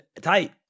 tight